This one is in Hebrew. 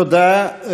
תודה.